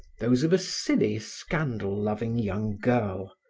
those of a silly, scandal-loving young girl.